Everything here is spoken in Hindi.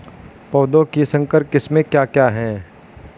पौधों की संकर किस्में क्या क्या हैं?